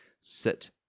Sit